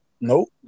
Nope